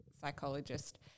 psychologist